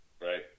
Right